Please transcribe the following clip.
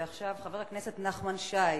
ועכשיו, חבר הכנסת נחמן שי.